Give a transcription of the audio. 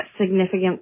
significant